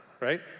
right